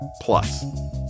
plus